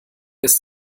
ist